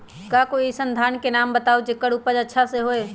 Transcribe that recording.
का कोई अइसन धान के नाम बताएब जेकर उपज अच्छा से होय?